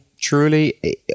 truly